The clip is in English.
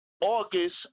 August